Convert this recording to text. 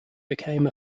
became